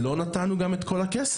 לא נתנו גם את כל הכסף.